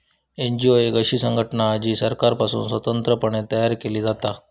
NGO एक अशी संघटना असा जी सरकारपासुन स्वतंत्र पणे तयार केली जाता